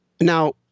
Now